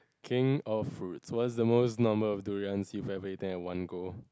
king of fruits what's the most number of durians you have ever eaten at one go